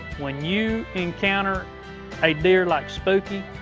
when you encounter a deer like spooky,